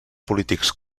polítics